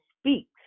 speaks